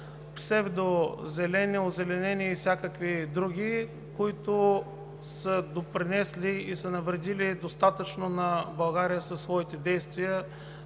псевдозелени, „озеленени“ и всякакви други, които са допринесли и са навредили достатъчно на България със своите действия.